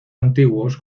antiguos